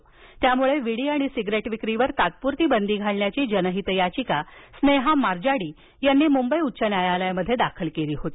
म्हणून विडी आणि सिगारेट विक्रीवर तात्पुरती बंदी घालण्याची जनहित याधिका स्नेहा मारजाडी यांनी मुंबई उच्च न्यायालयात दाखल केली होती